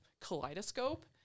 kaleidoscope